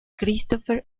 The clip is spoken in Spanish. christopher